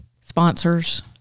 sponsors